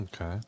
Okay